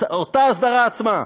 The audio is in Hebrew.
אותה הסדרה עצמה,